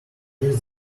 least